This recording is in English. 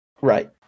Right